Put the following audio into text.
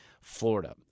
florida